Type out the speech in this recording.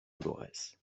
dolorès